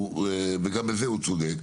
וגם בזה הוא צודק.